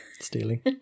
stealing